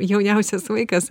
jauniausias vaikas